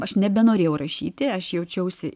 aš nebenorėjau rašyti aš jaučiausi